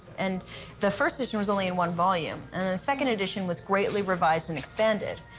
and the first edition was only in one volume. and the second edition was greatly revised and expanded.